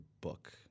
book